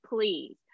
please